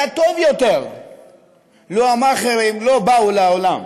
היה טוב יותר לו המאכערים לא באו לעולם.